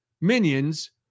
minions